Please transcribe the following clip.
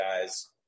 guys